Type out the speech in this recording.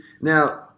Now